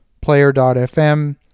Player.fm